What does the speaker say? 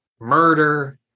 Murder